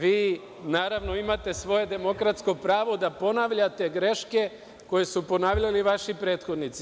Vi, naravno imate svoje demokratsko pravo da ponavljate greške koje su ponavljali vaši prethodnici.